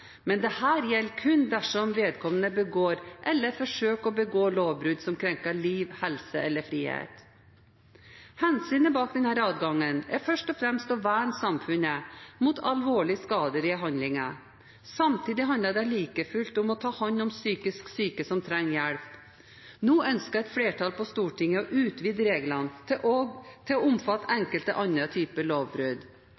men dette gjelder kun dersom vedkommende begår eller forsøker å begå lovbrudd som krenker liv, helse eller frihet. Hensynet bak denne adgangen er først og fremst å verne samfunnet mot alvorlige skadelige handlinger. Samtidig handler det like fullt om å ta hånd om psykisk syke som trenger hjelp. Nå ønsker et flertall på Stortinget å utvide reglene til også å omfatte enkelte andre typer lovbrudd. Det har vist seg å